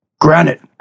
Granite